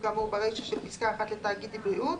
המשמעות של אי טיפול בדבר הזה,